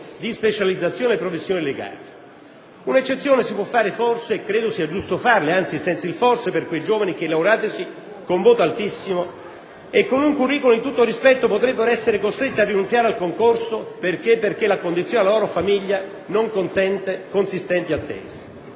di specializzazione nelle professioni legali. Un'eccezione si può fare e credo sia giusto farla per quei giovani che, laureatisi con voto altissimo e con un *curriculum* di tutto rispetto, potrebbero essere costretti a rinunziare al concorso perché la condizione della loro famiglia non consente consistenti attese.